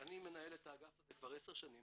אני מנהל את האגף הזה כבר עשר שנים